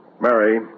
Mary